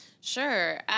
Sure